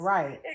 Right